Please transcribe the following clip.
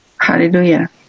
Hallelujah